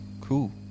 cool